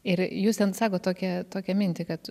ir jūs ten sakot tokią tokią mintį kad